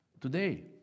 today